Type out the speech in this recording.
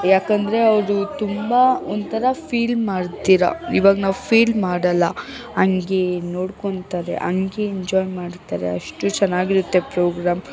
ಯಾಕಂದರೆ ಅವರು ತುಂಬ ಒಂಥರ ಫೀಲ್ ಮಾಡ್ತೀರಾ ಇವಾಗ ನಾವು ಫೀಲ್ ಮಾಡಲ್ಲ ಹಂಗೆ ನೋಡ್ಕೊತಾರೆ ಹಂಗೆ ಎಂಜಾಯ್ ಮಾಡ್ತಾರೆ ಅಷ್ಟು ಚೆನ್ನಾಗಿರುತ್ತೆ ಪ್ರೋಗ್ರಾಮ್